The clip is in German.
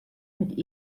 mit